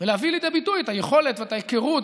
ולהביא לידי ביטוי את היכולת ואת ההיכרות,